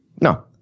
No